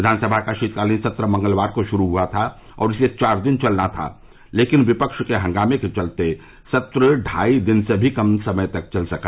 विधानसभा का शीतकालीन सत्र मंगलवार को शुरू हुआ था और इसे चार दिन चलना था लेकिन विपक्ष के हंगामे के चलते सत्र ढाई दिन से भी कम समय तक चल सका